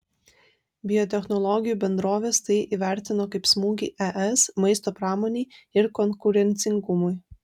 biotechnologijų bendrovės tai įvertino kaip smūgį es maisto pramonei ir konkurencingumui